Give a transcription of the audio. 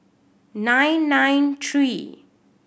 nine nine three